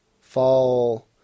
fall